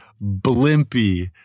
Blimpy